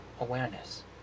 awareness